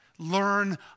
learn